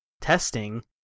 testing